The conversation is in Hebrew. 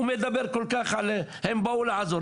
הוא מדבר כל כך על זה שהם באו לעזור,